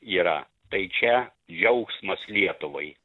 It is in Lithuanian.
yra tai čia džiaugsmas lietuvai